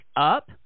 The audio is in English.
Up